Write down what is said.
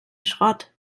schrott